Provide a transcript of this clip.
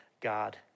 God